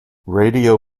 radio